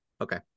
Okay